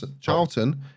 Charlton